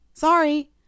Sorry